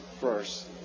first